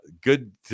good